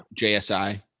jsi